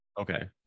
Okay